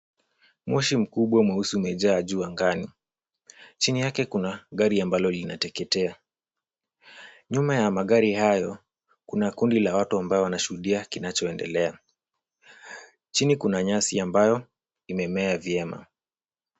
Moshi mkubwa meeusi umejaa juu angani. Chini yake kuna gari ambalo linateketea. Nyuma ya magari hao kuna kundi la watu ambao wanashuhudia kinachoendelea. Chini kuna nyasi ambayo imemea vyema.